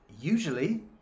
Usually